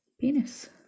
penis